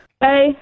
Bye